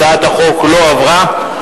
הצעת החוק לא עברה.